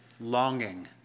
longing